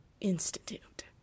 Institute